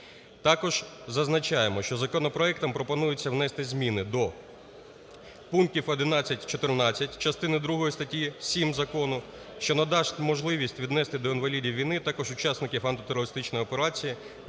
Також зазначаємо, що законопроектом пропонується внести зміни до пунктів 11,14 частини другої статті 7 закону, що надасть можливість віднести до інвалідів війни також учасників антитерористичної операції, які стали